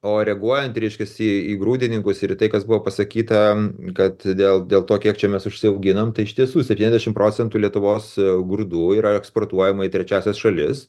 o reguojant reiškiasi į į grūdininkus ir į tai kas buvo pasakyta kad dėl dėl to kiek čia mes užsiauginam tai iš tiesų septyniasdešimt procentų lietuvos grūdų yra eksportuojama į trečiąsias šalis